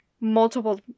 multiple